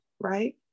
right